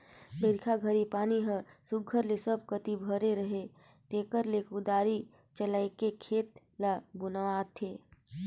बरिखा घनी पानी हर सुग्घर ले सब कती भरे रहें तेकरे ले कुदारी चलाएके खेत ल बनुवाथे